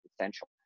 essential